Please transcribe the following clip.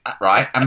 right